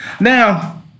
Now